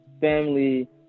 family